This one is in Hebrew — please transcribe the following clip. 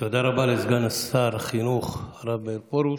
תודה רבה לסגן שר החינוך הרב פרוש.